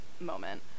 moment